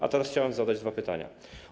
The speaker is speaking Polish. A teraz chciałem zadać dwa pytania.